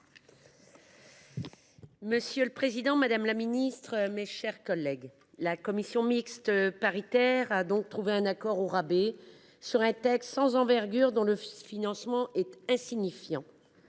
Monsieur le président, madame la ministre, mes chers collègues, la commission mixte paritaire est donc parvenue à un accord au rabais, sur un texte sans envergure, dont le financement est insignifiant.